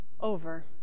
over